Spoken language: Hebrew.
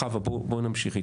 חוה, בואי נמשיך.